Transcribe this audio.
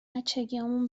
بچگیهامون